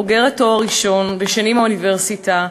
בוגרת תואר ראשון ושני מהאוניברסיטה,